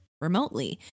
remotely